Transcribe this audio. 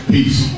Peace